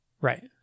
Right